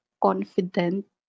confident